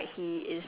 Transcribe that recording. so like